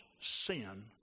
sin